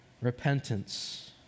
repentance